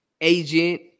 agent